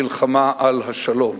המלחמה על השלום".